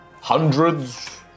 Hundreds